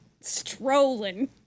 strolling